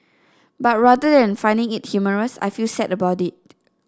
but rather and finding it humorous I feel sad about it